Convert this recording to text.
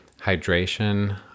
hydration